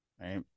right